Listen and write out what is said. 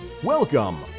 Welcome